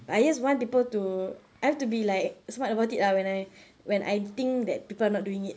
I just want people to I have to be like smart about it uh when I when I think that people are not doing it